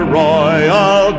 royal